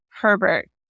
Herbert